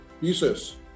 pieces